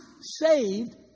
saved